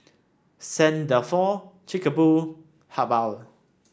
Saint Dalfour Chic Boo Habhal